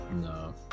No